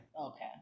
Okay